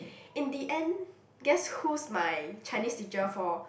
in the end guess who's my Chinese teacher for